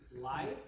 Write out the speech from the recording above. life